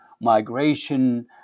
migration